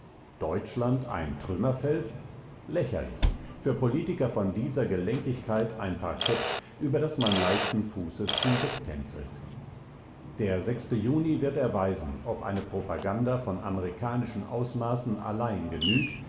deutschland ein trümmerfeld lächerlich für politiker von dieser gelenkigkeit ein parkett über das man leichten fußes hinwegtänzelt der juni wird erweisen ob eine propaganda von amerikanischen ausmaßen allein genügt